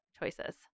choices